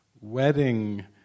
wedding